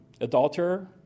adulterer